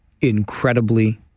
incredibly